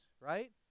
right